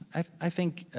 i think